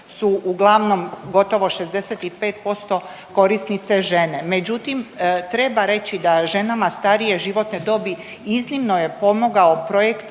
uglavnom gotovo 65% korisnice žene. Međutim, treba reći da ženama starije životne dobi iznimno je pomogao projekt